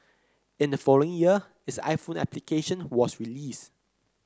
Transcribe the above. in the following year its iPhone application was released